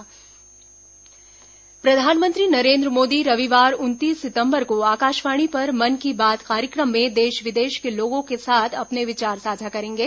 मन की बात प्रधानमंत्री नरेन्द्र मोदी रविवार उनतीस सितंबर को आकाशवाणी पर मन की बात कार्यक्रम में देश विदेश के लोगों के साथ अपने विचार साझा करेंगे